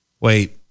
Wait